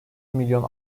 milyon